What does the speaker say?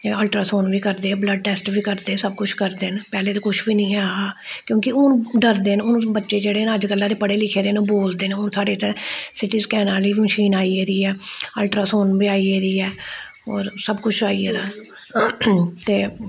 ते अलट्रासांउड बी करदे बल्ड टैस्ट बी करदे सब कुछ करदे न पैह्ले ते कुछ बी निं ऐ हा क्यूंकि हून डरदे न हून बच्चे जेह्ड़े न अजकल्लै दे पढ़े लिखे न ओह् बोलदे न हून साढ़े इत्थै सिटी स्कैन आह्ली मशीन आई गेदी ऐ अलट्रासांउड बी आई गेदी ऐ होर सब कुछ आई गेदा ऐ ते